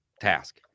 task